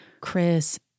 Chris